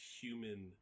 human